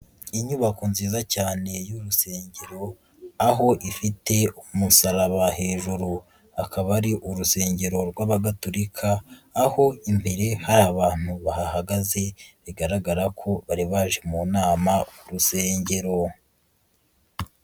Inyubako nziza cyane y'urusengero aho ifite umusaraba hejuru, akaba ari urusengero rw'abagatulika aho imbere hari abantu bahagaze bigaragara ko bari baje mu nama ku rusengero.